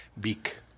Beak